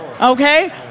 okay